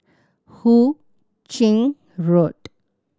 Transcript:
Hu Ching Road